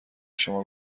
شما